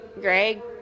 Greg